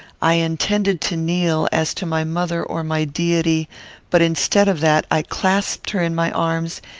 i intended to kneel, as to my mother or my deity but, instead of that, i clasped her in my arms,